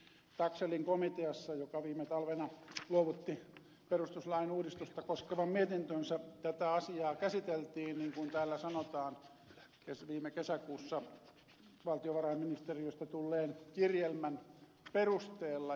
taxellin komiteassa joka viime talvena luovutti perustuslain uudistusta koskevan mietintönsä tätä asiaa käsiteltiin niin kuin täällä sanotaan viime kesäkuussa valtiovarainministeriöstä tulleen kirjelmän perusteella